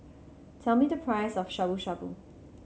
tell me the price of Shabu Shabu